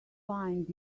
find